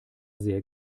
sehr